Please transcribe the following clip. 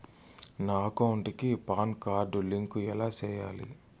నా అకౌంట్ కి PAN card link ఎలా సేయాలి